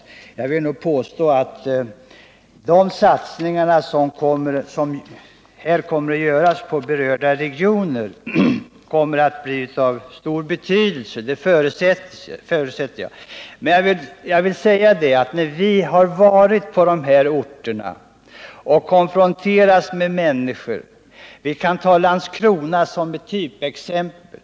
Men jag vill nog påstå att de satsningar som kommer att göras för berörda regioner kommer att bli av stor betydelse — det förutsätter jag. Vi har varit på de här orterna och konfronterats med människorna där. Jag kan ta Landskrona som ett typexempel.